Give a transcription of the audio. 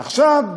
עכשיו,